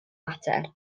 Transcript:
mater